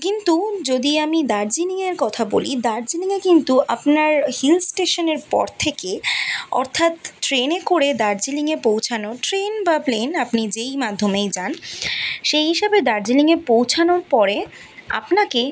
কিন্তু যদি আমি দার্জিলিংয়ের কথা বলি দার্জিলিংয়ে কিন্তু আপনার হিল স্টেশনের পর থেকে অর্থাৎ ট্রেনে করে দার্জিলিংয়ে পৌঁছানো ট্রেন বা প্লেন আপনি যেই মাধ্যমেই যান সেই হিসাবে দার্জিলিংয়ে পৌঁছানোর পরে আপনাকে